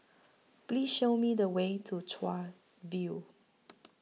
Please Show Me The Way to Chuan View